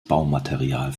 baumaterial